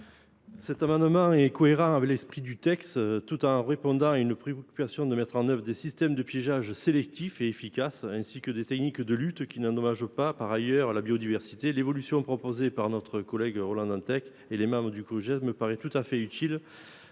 Cet amendement est cohérent avec l’esprit du texte, tout en répondant à la préoccupation de mise en œuvre de systèmes de piégeage sélectifs et efficaces ainsi que de techniques de lutte qui n’endommagent pas la biodiversité. La rédaction proposée par notre collègue Ronan Dantec et les membres du groupe GEST me paraît tout à fait utile.